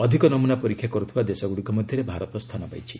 ଅଧିକ ନମୂନା ପରୀକ୍ଷା କରୁଥିବା ଦେଶଗୁଡ଼ିକ ମଧ୍ୟରେ ଭାରତ ସ୍ଥାନ ପାଇଛି